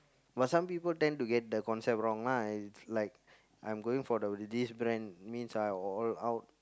but some people tend to get the concept wrong lah it's like I'm going for the this brand means like all out